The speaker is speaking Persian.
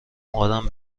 آدم